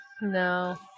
No